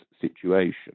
situation